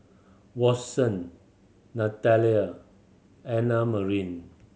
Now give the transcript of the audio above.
Watson Natalya Annamarie